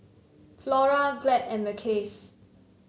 Flora Glad and Mackays